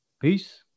Peace